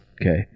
Okay